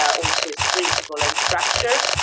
also its principles and structures.